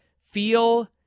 feel